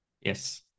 Yes